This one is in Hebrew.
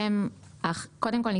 קודם כול,